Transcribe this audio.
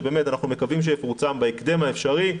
שאנחנו באמת מקווים שיפורסם בהקדם האפשרי,